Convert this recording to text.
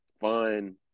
fun